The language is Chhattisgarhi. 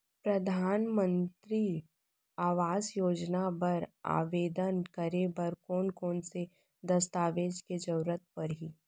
परधानमंतरी आवास योजना बर आवेदन करे बर कोन कोन से दस्तावेज के जरूरत परही?